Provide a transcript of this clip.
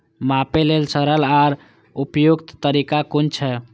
मापे लेल सरल आर उपयुक्त तरीका कुन छै?